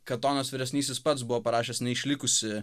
katonas vyresnysis pats buvo parašęs neišlikusį